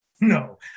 No